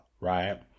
right